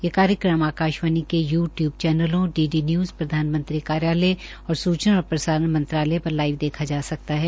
ये कार्यक्रम आकाशवाणी के यूटयूब चैनलों डी डी न्यूज़ प्रधानमंत्री कार्यालय और सूचना और प्रसारण मंत्रालय पर लाइव देखा जा सकता है